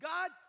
God